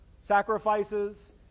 sacrifices